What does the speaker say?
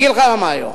אני אגיד לך למה היום.